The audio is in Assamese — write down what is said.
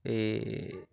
এই